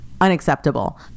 Unacceptable